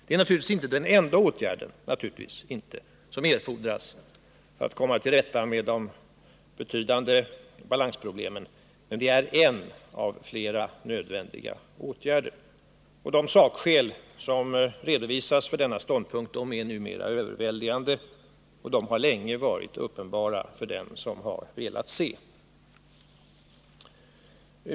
Det är naturligtvis inte den enda åtgärd som erfordras för att vi skall kunna komma till rätta med de betydande balansproblemen härvidlag, men den är en av flera nödvändiga åtgärder. De sakskäl som redovisas för de ståndpunkterna är numera överväldigande, och de har länge varit uppenbara för den som har velat se.